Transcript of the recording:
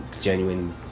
genuine